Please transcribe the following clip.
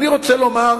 אני רוצה לומר